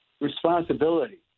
responsibility